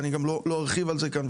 ואני גם לא ארחיב על זה כאן,